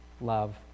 love